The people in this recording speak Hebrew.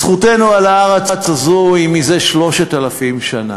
זכותנו על הארץ הזאת היא זה 3,000 שנה,